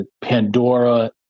Pandora